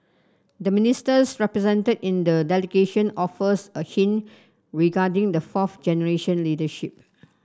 the Ministers represented in the delegation offers a hint regarding the fourth generation leadership